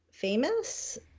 Famous